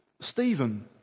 Stephen